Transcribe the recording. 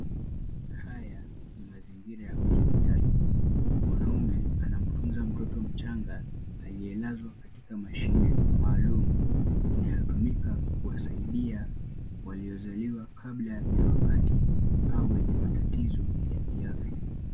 Haya ni mazingira ya hospitali. Mwanaume anamtunza mtoto mchanga aliyelazwa katika mashine maalum inayotumika kuwasaidia waliozaliwa kabla ya wakati au wenye matatizo ya kiafya.